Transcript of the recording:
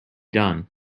done